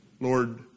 Lord